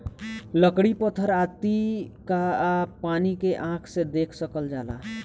लकड़ी पत्थर आती आ पानी के आँख से देख सकल जाला